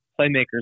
playmakers